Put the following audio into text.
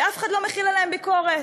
שאף אחד לא מחיל עליהם ביקורת.